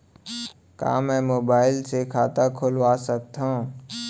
का मैं मोबाइल से खाता खोलवा सकथव?